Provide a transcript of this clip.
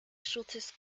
shortest